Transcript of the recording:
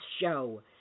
show